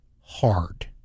hard